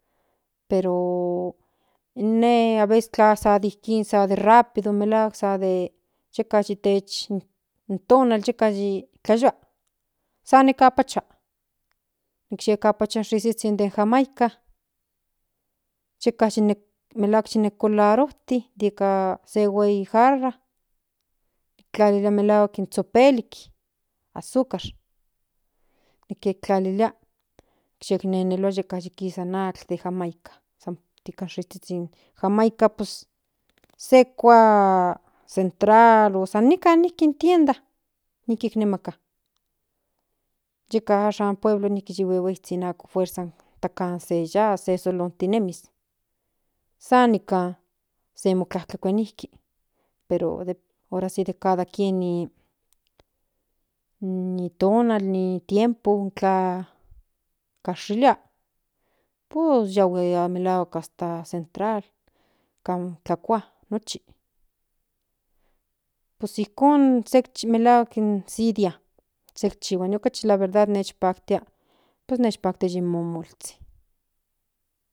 Pero ine tlen san de ijkin ine rápido melahuak de yeka tech tonal yeka ni tlayoal san nikipachua in suizhizhin de jamaica yeka melahuak nikolaroti nika se huei jarra tlalilia melahuak in zhopelik azúcar tiknenelua yeka kisa in atl de jamaica nika suizhizhin jamaica pues se kua central o san niki tienda niki nemaka yeka ashan ni pueblo huehuezhin ako fuerza se yas solontinemis san nikan se motlakuentinemi pero ahora si de cada kien ni tonal ni tiempo intla kashilia pus yahue melahuak hasta central kan tlakua nochi pues ijkon se malhuan si dia ine okachi melahuan nijpaktia melahuak in momolzhin.